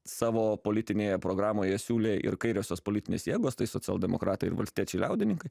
savo politinėje programoje siūlė ir kairiosios politinės jėgos tai socialdemokratai ir valstiečiai liaudininkai